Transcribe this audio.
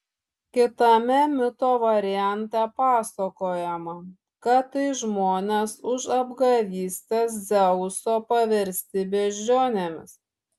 kitame mito variante pasakojama kad tai žmonės už apgavystes dzeuso paversti beždžionėmis